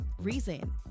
reason